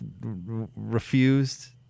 refused